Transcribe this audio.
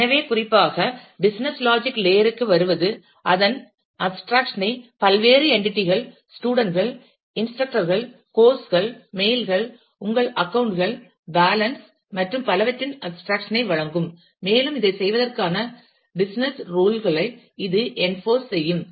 எனவே குறிப்பாக business logic layer க்கு வருவது அதன் அப்ஸ்டிராக்சன் ஐ பல்வேறு என்றிட்றி கள் ஸ்டூடன்ட் கள் இன்ஸ்ரக்டர் கள் கோர்ஸ் கள் மெயில் கள் உங்கள் அக்கவுண்ட் கள் பேலன்ஸ் மற்றும் பலவற்றின் அப்ஸ்டிராக்சன் ஐ வழங்கும் மேலும் இதைச் செய்வதற்கான பிசினஸ் றூல் களை இது என்போர்ஸ் செய்யும்